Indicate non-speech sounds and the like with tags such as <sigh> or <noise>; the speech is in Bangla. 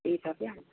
এইভাবে <unintelligible>